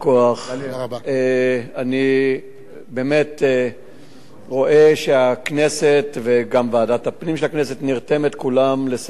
אני באמת רואה שהכנסת וגם בוועדת הפנים של הכנסת נרתמים כולם לסייע,